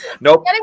Nope